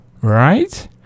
Right